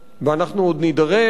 ואנחנו עוד נידרש,